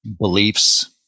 beliefs